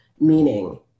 Meaning